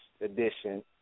edition